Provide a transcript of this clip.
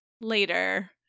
later